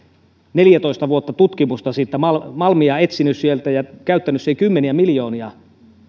neljätoista vuotta tutkimusta siellä malmia etsinyt sieltä ja käyttänyt siihen kymmeniä miljoonia